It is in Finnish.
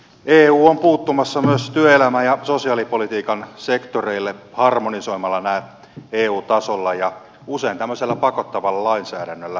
eu on puuttumassa myös työelämän ja sosiaalipolitiikan sektoreille harmonisoimalla nämä eu tasolla ja usein tämmöisellä pakottavalla lainsäädännöllä